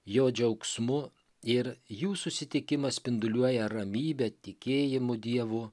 jo džiaugsmu ir jų susitikimas spinduliuoja ramybe tikėjimu dievu